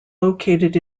located